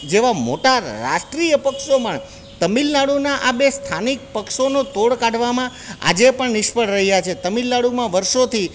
જેવા મોટા રાષ્ટ્રિય પક્ષો પણ તમિલનાડુના આ બે સ્થાનિક પક્ષોનો તોળ કાઢવામાં આજે પણ નિષ્ફળ રહ્યા છે તમિલનાડુમાં વર્ષોથી